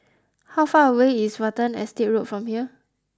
how far away is Watten Estate Road from here